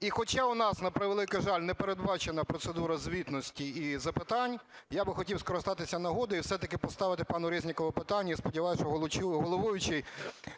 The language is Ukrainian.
І хоча в нас, на превеликий жаль, не передбачена процедура звітності і запитань, я би хотів скористатися нагодою і все-таки поставити пану Резнікову питання, і сподіваюсь, що головуючий